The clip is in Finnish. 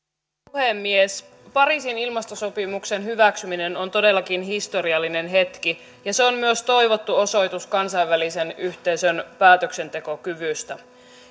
puhemies pariisin ilmastosopimuksen hyväksyminen on todellakin historiallinen hetki ja se on myös toivottu osoitus kansainvälisen yhteisön päätöksentekokyvystä